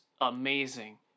amazing